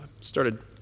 started